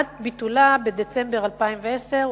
עד ביטולה בדצמבר 2010,